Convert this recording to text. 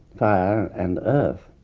fire, and earth.